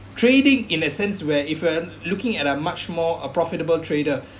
trading in the sense where even looking at a much more a profitable trader